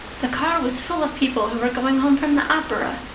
the car was full of people, who were going home from the opera,